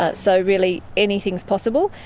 ah so really anything is possible.